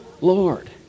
Lord